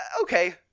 okay